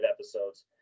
episodes